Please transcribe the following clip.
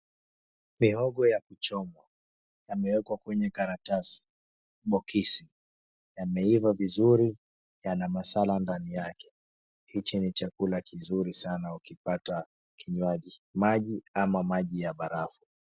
Mihogo ya kuchomwa yamewekwa kwenye karatasi, bokisi , yameiva vizuri yana masala ndani yake. Hiki ni chakula kizuri sana ukipata kinywaji, maji ama maji ya barafu.